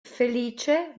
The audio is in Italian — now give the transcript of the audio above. felice